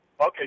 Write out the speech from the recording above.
Okay